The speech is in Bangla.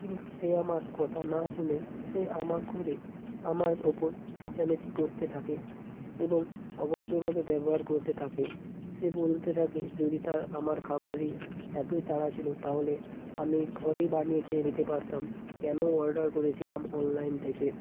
কিন্তু সে আমার কথা না শুনেই সে আমাকে ঘুরে আমার উপর চেঁচামেচি করতে থাকে এবং অভদ্রভাবে ব্যবহার করতে থাকে সে বলতে থাকে যদি তার আমার খাবারে এতই তাড়া ছিল তাহলে আমি ঘরেই বানিয়ে খেয়ে নিতে পারতাম কেন অর্ডার করেছিলাম অনলাইন থেকে